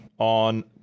On